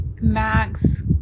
Max